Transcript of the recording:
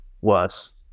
worse